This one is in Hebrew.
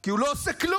כי הוא לא עשה כלום,